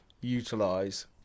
utilize